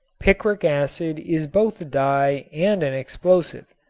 picric acid is both a dye and an explosive.